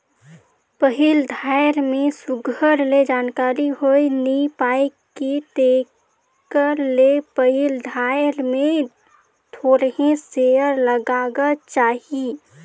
पहिल धाएर में सुग्घर ले जानकारी होए नी पाए कि तेकर ले पहिल धाएर में थोरहें सेयर लगागा चाही